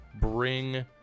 bring